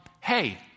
hey